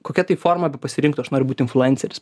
kokia tai formą bepasirinktų aš noriu būti influenceris